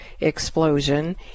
explosion